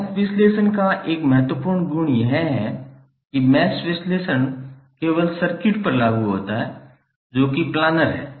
mash विश्लेषण का एक महत्वपूर्ण गुण यह है कि मैश विश्लेषण केवल सर्किट पर लागू होता है जो कि प्लानर है